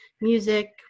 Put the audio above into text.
music